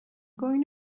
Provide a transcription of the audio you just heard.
going